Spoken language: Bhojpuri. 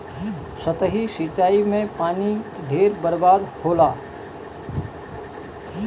सतही सिंचाई में पानी ढेर बर्बाद होला